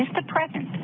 and the present.